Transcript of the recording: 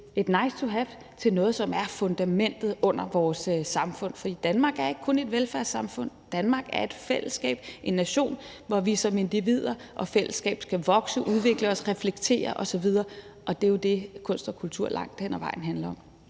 et nice to have til noget, som er fundamentet under vores samfund. For Danmark er ikke kun et velfærdssamfund; Danmark er et fællesskab, en nation, hvor vi som individer og fællesskab skal vokse, udvikle os, reflektere osv. Og det er jo det, kunst og kultur langt hen ad vejen handler om.